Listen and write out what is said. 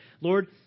Lord